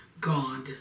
God